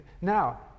Now